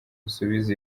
busubiza